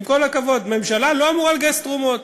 עם כל הכבוד, ממשלה לא אמורה לגייס תרומות.